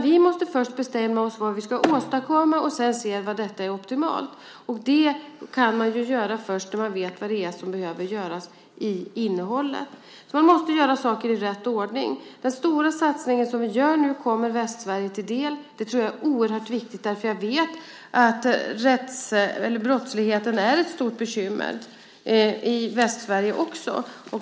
Vi måste först bestämma oss för vad vi ska åstadkomma och sedan se vad som är optimalt i detta. Det kan man göra först när man vet vad det är som behöver göras i fråga om innehållet. Man måste göra saker i rätt ordning. Den stora satsning som vi nu genomför kommer Västsverige till del. Det tror jag är oerhört viktigt, för jag vet att brottsligheten är ett stort bekymmer i Västsverige också.